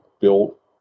built